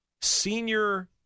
senior